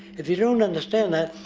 if you dont understand that,